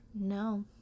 No